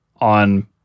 on